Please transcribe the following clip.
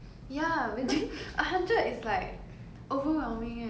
one at least 你可以 focus on one but hundred